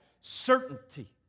certainty